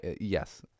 yes